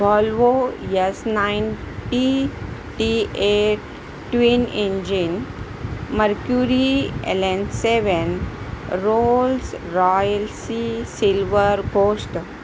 Volvo S ninety T eight twin engine Mercury एलेन seven Rolls Royce C silver घोष्ट